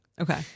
Okay